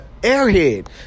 airhead